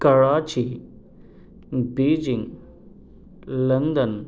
Karachi Beijing London